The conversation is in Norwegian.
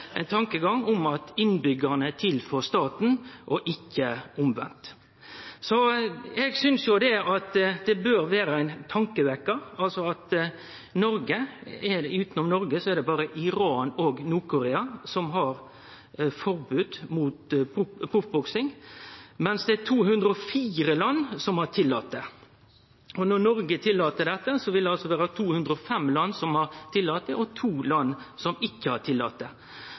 ein tankegang om at innbyggjarane er til for staten, og ikkje omvendt. Eg synest det bør vere ein tankevekkjar at utanom Noreg er det berre Iran og Nord-Korea som har forbod mot proffboksing, medan det er 204 land som har tillate det. Når Noreg tillèt dette, vil det vere 205 land som har tillate det, og to land som ikkje har tillate